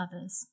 others